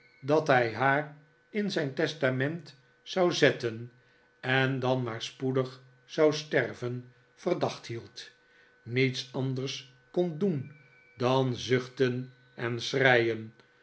dat hij haar in zijn testament zou zetten en dan maar spoedig zou sterven verdacht meld niets anders kon doen dan zuchten en schreien